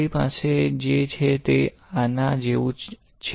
આપણી પાસે જે છે તે આના જેવું જ છે